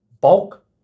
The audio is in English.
Bulk